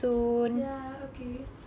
ya okay